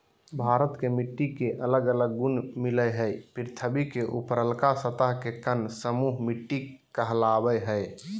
भारत के मिट्टी के अलग अलग गुण मिलअ हई, पृथ्वी के ऊपरलका सतह के कण समूह मिट्टी कहलावअ हई